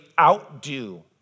outdo